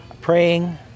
praying